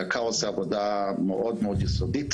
היק"ר עושה עבודה מאוד יסודית,